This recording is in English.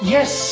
Yes